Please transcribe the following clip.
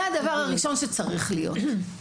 זה הדבר הראשון שצריך להיות.